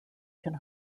can